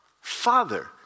Father